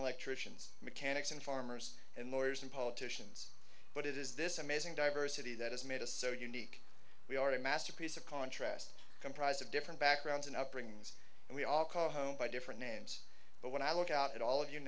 electricians mechanics and farmers and lawyers and politicians but it is this amazing diversity that has made us so unique we are a masterpiece of contrasts comprised of different backgrounds and upbringings and we all call home by different names but when i look out at all of you